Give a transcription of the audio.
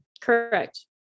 correct